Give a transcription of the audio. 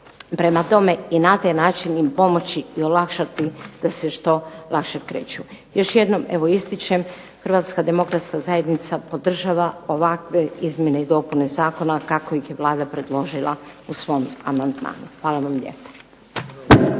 Prema tome i na taj način im pomoći i olakšati da se što lakše kreću. Još jednom evo ističem, Hrvatska demokratska zajednica podržava ovakve izmjene i dopune zakona kako ih je Vlada predložila u svom amandmanu. Hvala vam lijepa.